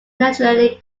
generally